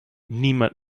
niemand